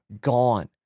gone